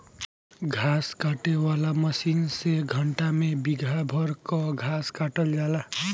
घास काटे वाला मशीन से घंटा में बिगहा भर कअ घास कटा जाला